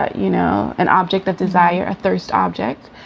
ah you know, an object of desire, a thirst object.